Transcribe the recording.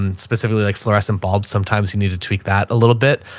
um specifically like fluorescent bulbs. sometimes you need to tweak that a little bit.